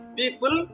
people